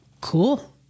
cool